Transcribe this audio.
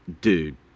Dude